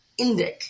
Indic